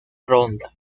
ronda